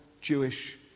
Jewish